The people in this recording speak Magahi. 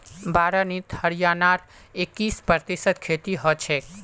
बारानीत हरियाणार इक्कीस प्रतिशत खेती हछेक